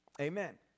Amen